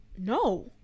no